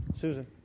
Susan